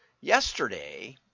yesterday